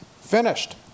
finished